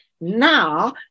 Now